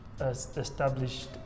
established